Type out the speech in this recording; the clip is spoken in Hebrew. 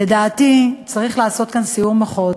לדעתי, צריך לעשות כאן סיעור מוחות,